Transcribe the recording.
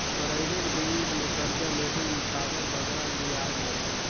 private bank ले करजा लेहे में काबर बगरा बियाज लगथे